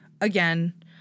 again